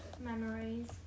Memories